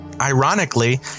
Ironically